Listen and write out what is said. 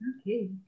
Okay